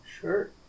Sure